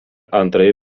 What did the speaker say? antrąjį